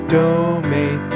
domain